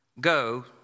go